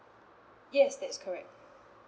yes that's correct